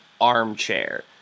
armchair